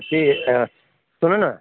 के सुनन